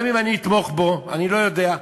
גם אם אני אתמוך בו, אני לא יודע.